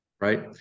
right